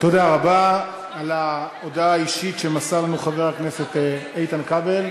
תודה רבה על ההודעה האישית שמסר לנו חבר הכנסת איתן כבל.